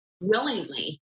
willingly